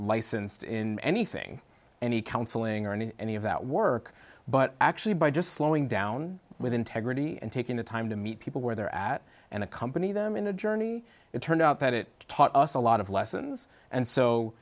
licensed in anything any counseling or any any of that work but actually by just slowing down with integrity and taking the time to meet people where they're at and accompany them in the journey it turned out that it taught us a lot of lessons and so